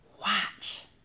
Watch